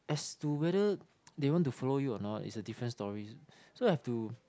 as to whether they want to follow you or not is a different story so have to